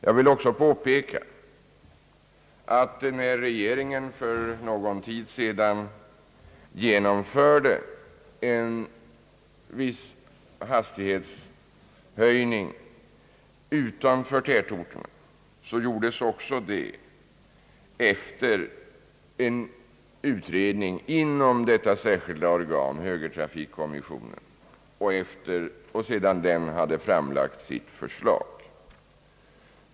Jag vill också påpeka att när regeringen för någon tid sedan genomförde en viss hastighetshöjning utanför tätorterna gjordes också det efter en utredning inom detta särskilda organ, högertrafikkommissionen, och sedan den hade framlagt sitt förslag.